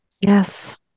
Yes